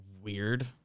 weird